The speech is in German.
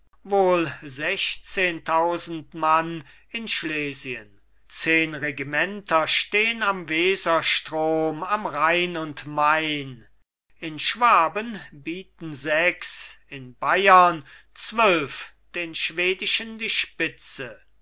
wohl sechzehntausend mann in schlesien zehn regimenter stehn am weserstrom am rhein und main in schwaben bieten sechs in bayern zwölf den schwedischen die spitze